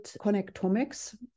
connectomics